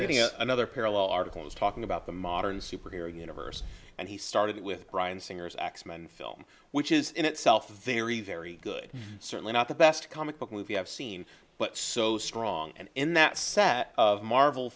reading another parallel article was talking about the modern superhero universe and he started it with brian singer's x men film which is in itself very very good certainly not the best comic book movie i've seen but so strong and in that set of marvel